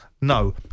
No